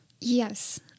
Yes